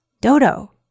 Dodo